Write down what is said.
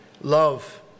love